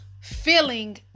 feeling